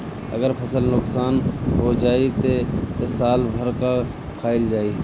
अगर फसल नुकसान हो जाई त साल भर का खाईल जाई